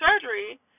surgery